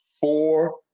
four